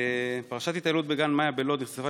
פרשת ההתעללות בגן מאיה בלוד נחשפה